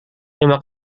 terima